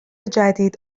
جدید